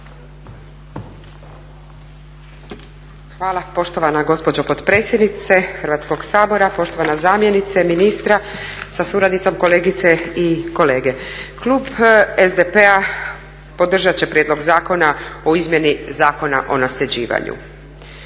Hvala poštovana gospođo potpredsjednice Hrvatskog sabora, poštovana zamjenice ministra sa suradnicom, kolegice i kolege. Klub SDP-a podržat će prijedlog zakona o izmjeni Zakona o nasljeđivanju.